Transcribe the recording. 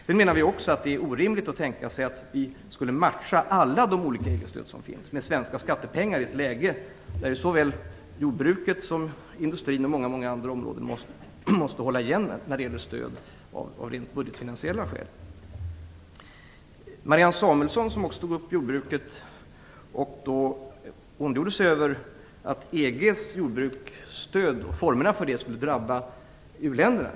Vi menar också att det är orimligt att tänka sig att vi, i ett läge när såväl jordbruket som industrin och många andra områden måste hålla igen av rent budgetfinansiella skäl, skulle matcha alla de olika EU-stöd som finns med svenska skattepengar. Marianne Samuelsson tog också upp jordbruket och ondgjorde sig över att formerna för EU:s jordbruksstöd skulle drabba u-länderna.